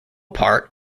part